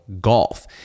golf